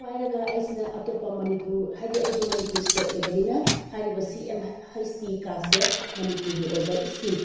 ꯄꯥꯏꯔꯒ ꯑꯩꯁꯤꯅ ꯑꯇꯣꯞꯄ ꯃꯅꯤꯄꯨꯔ ꯍꯥꯏꯗꯤ ꯑꯩꯗꯣ ꯃꯅꯤꯄꯨꯔ ꯏꯁꯇꯦꯠ ꯑꯣꯏꯕꯅꯤꯅ ꯍꯥꯏꯔꯤꯕ ꯁꯤ ꯑꯦꯝ ꯍꯩꯁ ꯇꯤ ꯀꯥꯔꯠꯁꯦ ꯃꯅꯤꯄꯨꯔꯒꯤ ꯑꯣꯏꯕ ꯏꯁꯀꯤꯝ